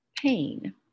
pain